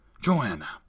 Joanna